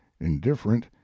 indifferent